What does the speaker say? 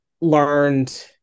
learned